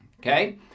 Okay